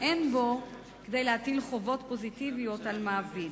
אין בו כדי להטיל חובות פוזיטיביות על מעביד.